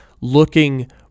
looking